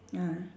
ah